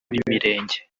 b’imirenge